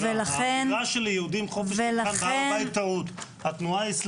והיא אמרה לי בדמעות שהיא התפללה לרפואתי.